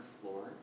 floor